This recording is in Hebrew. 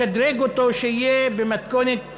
לשדרג אותו שיהיה במתכונת ה-BBC,